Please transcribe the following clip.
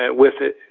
ah with it,